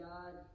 God